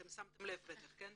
בטח שמתם לב, כן?